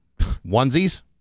Onesies